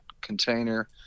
container